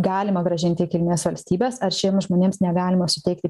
galima grąžinti į kilmės valstybės ar šiems žmonėms negalima suteikti